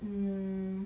mm